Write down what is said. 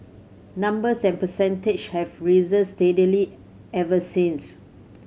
numbers and percentage have risen steadily ever since